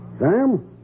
Sam